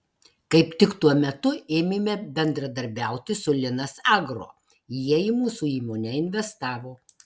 kaip tik tuo metu ėmėme bendradarbiauti su linas agro jie į mūsų įmonę investavo